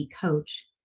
coach